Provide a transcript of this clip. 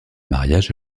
mariage